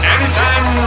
Anytime